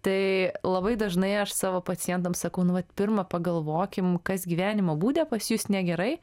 tai labai dažnai aš savo pacientams sakau nu vat pirma pagalvokim kas gyvenimo būde pas jus negerai